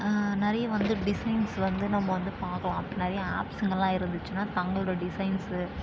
நிறைய வந்து டிசைன்ஸ் வந்து நம்ம வந்து பார்க்கலாம் நிறையா ஆப்ஸ்ங்க எல்லாம் இருந்துச்சுன்னா தங்கங்களோட டிசைன்ஸு